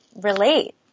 relate